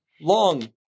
long